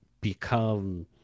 become